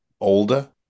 older